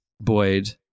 Boyd